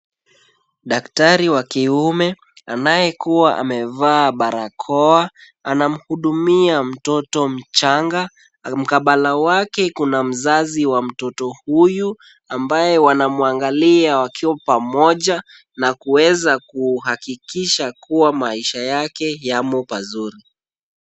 Daktari wa kiume anayekuwa amevaa barakoa anamhudumia mtoto mchanga. Mkabala wake kuna mzazi wa mtoto huyu ambaye wanamwangalia wakiwa pamoja na kuweza kuhakikisha kuwa maisha yake yamo pazuri.